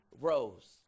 rose